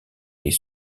les